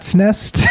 nest